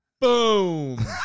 Boom